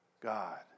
God